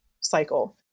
cycle